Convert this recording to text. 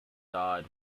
died